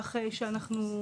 כך שאנחנו,